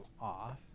off